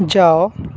ଯାଅ